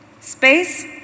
space